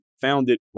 founded